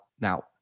now